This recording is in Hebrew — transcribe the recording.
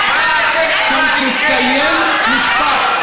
הם מתחילים לצעוק.